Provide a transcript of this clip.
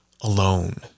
alone